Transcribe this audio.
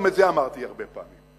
גם את זה אמרתי הרבה פעמים,